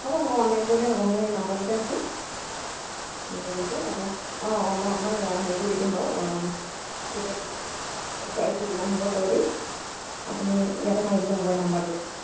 হ'ব হ'ব অনলাইন কৰি দিলেই হ'ব মোৰ এই নাম্বাৰটোতে আছে অঁ গগুল পে' তাতে আছে অঁ অঁ মই আপোনাক হেৰিটো দি দিম বাৰু তেতিয়া প্ৰাইচটো কিমান হ'ব কৈ দিম আপুনি ইয়াতে মাৰি দিলেই হ'ব এই নাম্বাৰটোতে